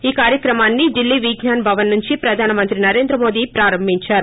ఈ కార్యక్రమాన్ని డిల్లీ విజ్ఞాన్ భవన్ సుంచి ప్రధాన మంత్రి నరేంద్రమోదీ ప్రారంభించారు